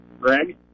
greg